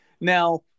Now